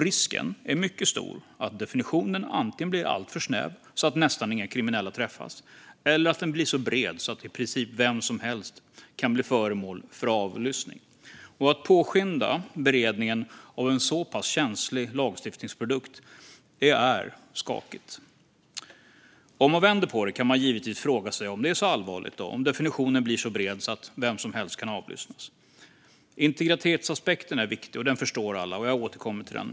Risken är mycket stor att definitionen antingen blir alltför snäv, så att nästan inga kriminella träffas, eller att den blir så bred att i princip vem som helst kan bli föremål för avlyssning. Att påskynda beredningen av en så pass känslig lagstiftningsprodukt är skakigt. Om man vänder på det kan man givetvis fråga sig om det är så allvarligt om definitionen blir så bred att vem som helst kan avlyssnas. Integritetsaspekten är viktig, och den förstår alla. Jag återkommer till den.